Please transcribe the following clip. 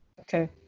okay